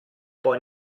poi